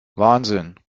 wahnsinn